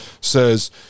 says